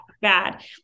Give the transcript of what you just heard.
bad